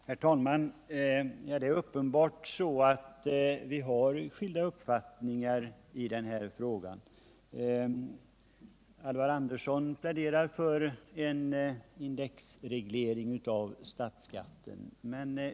| Herr talman! Det är uppenbarligen så att vi har skilda uppfattningar i denna fråga. Alvar Andersson pläderar för en indexreglering av statsskatuen.